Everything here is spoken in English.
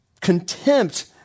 contempt